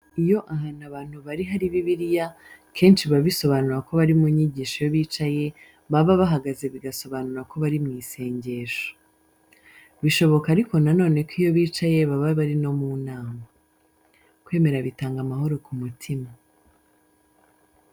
Iyo ahantu abantu bari hari Bibiliya, kenshi biba bisobanura ko bari mu nyigisho iyo bicaye, baba bahagaze bigasobanura ko bari mu isengesho. Bishoboka ariko na none ko iyo bicaye baba bari no mu nama. Kwemera bitanga amahoro ku mutima.